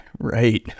right